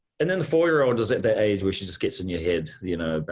and then the four year old is at that age where she just gets in your head, you know. but